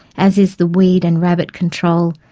as is the weed and rabbit control,